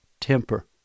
temper